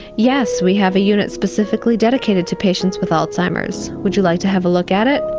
yes, we have a unit specifically dedicated to patients with alzheimer's, would you like to have a look at it?